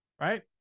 Right